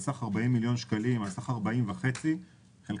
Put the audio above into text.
על סך 40 מיליון שקלים ועל סך 40.5 מיליון שקלים,